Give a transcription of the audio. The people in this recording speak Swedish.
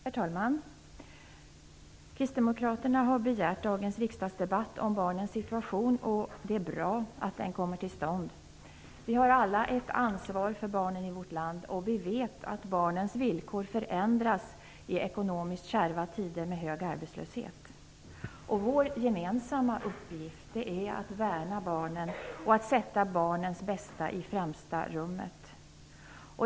Herr talman! Kristdemokraterna har begärt dagens riksdagsdebatt om barnens situation, och det är bra att den kommer till stånd. Vi har alla ett ansvar för barnen i vårt land, och vi vet att barnens villkor förändras i ekonomiskt kärva tider med hög arbetslöshet. Vår gemensamma uppgift är att värna barnen och att sätta barnens bästa i främsta rummet.